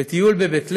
לטיול בבית לחם,